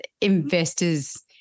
investors